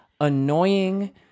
annoying